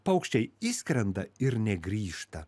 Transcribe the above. paukščiai išskrenda ir negrįžta